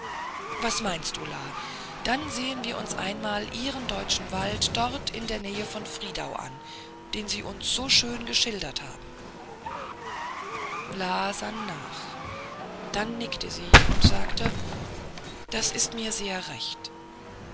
was meinst du la dann sehen wir uns einmal ihren deutschen wald dort in der nähe von friedau an den sie uns so schön geschildert haben la sann nach dann nickte sie und sagte das ist mir sehr recht